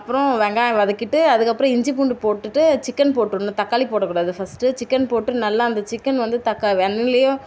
அப்புறம் வெங்காயம் வதக்கிட்டு அதுக்கு குழம்பு இஞ்சி பூண்டு போட்டுட்டு சிக்கன் போட்டுடணும் தக்காளி போடக்கூடாது ஃபஸ்ட்டு சிக்கன் போட்டு நல்லா அந்த சிக்கன் வந்து தக்கா வ அனல்லையோ